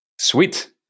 Sweet